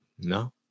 No